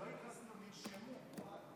לא התחסנו, נרשמו.